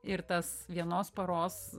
ir tas vienos paros